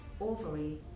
ovary